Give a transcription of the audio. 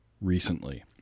recently